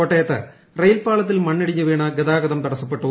കോട്ടയത്ത് റെയിൽ പാളത്തിൽ മണ്ണിടിഞ്ഞ് വീണ് ഗതാഗതം തടസപ്പെട്ടു